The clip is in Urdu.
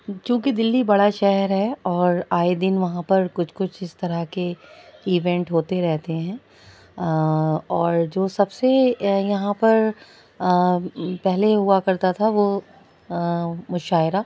چونکہ دلی بڑا شہر ہے اور آئے دن وہاں پر کچھ کچھ اس طرح کے ایونٹ ہوتے رہتے ہیں اور جو سب سے یہاں پر پہلے ہوا کرتا تھا وہ مشاعرہ